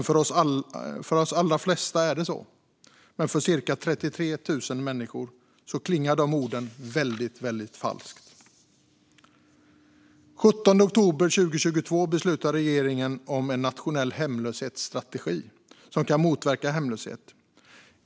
För de allra flesta av oss är det så, men för cirka 33 000 människor klingar de orden väldigt falskt. Den 17 oktober 2022 beslutade regeringen om en nationell hemlöshetsstrategi som kan motverka hemlöshet.